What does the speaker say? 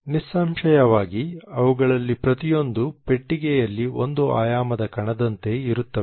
ನಿಸ್ಸಂಶಯವಾಗಿ ಅವುಗಳಲ್ಲಿ ಪ್ರತಿಯೊಂದೂ ಪೆಟ್ಟಿಗೆಯಲ್ಲಿ ಒಂದು ಆಯಾಮದ ಕಣದಂತೆ ಇರುತ್ತವೆ